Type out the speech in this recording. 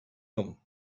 them